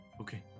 Okay